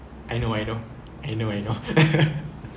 I know I know I know I know